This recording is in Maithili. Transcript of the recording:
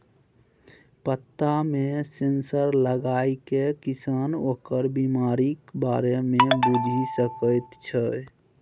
पत्तामे सेंसर लगाकए किसान ओकर बिमारीक बारे मे बुझि सकैत छै